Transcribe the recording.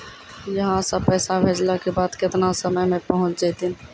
यहां सा पैसा भेजलो के बाद केतना समय मे पहुंच जैतीन?